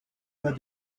bas